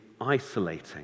isolating